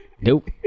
Nope